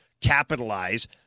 capitalize